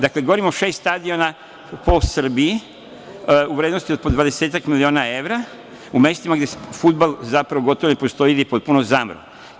Dakle, govorim o šest stadiona po Srbiji, u vrednosti od po 20-ak miliona evra u mestima gde fudbal gotovo i da ne postoji i gde je potpuno zamro.